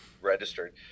registered